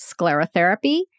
sclerotherapy